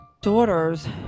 daughters